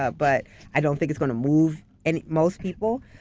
ah but i don't think it's gonna move and most people,